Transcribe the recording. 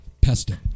Pesto